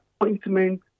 appointment